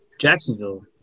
Jacksonville